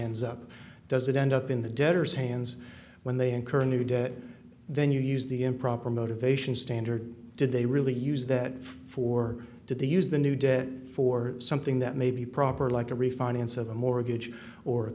ends up does it end up in the debtors hands when they incur new debt then you use the improper motivation standard did they really use that for did they use the new debt for something that may be proper like a refinance of the mortgage or a